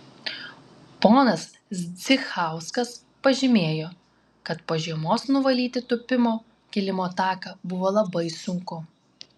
ponas zdzichauskas pažymėjo kad po žiemos nuvalyti tūpimo kilimo taką buvo labai sunku